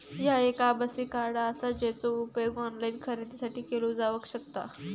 ह्या एक आभासी कार्ड आसा, जेचो उपयोग ऑनलाईन खरेदीसाठी केलो जावक शकता